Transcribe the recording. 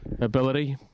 ability